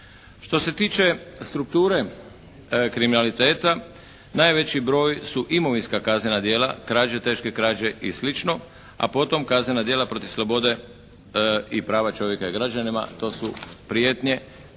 Što se tiče strukture kriminaliteta najveći broj su imovinska kaznena djela, krađe, teške krađe i sl. a potom kaznena djela protiv slobode i prava čovjeka i građanina, to su prijetnje